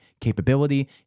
capability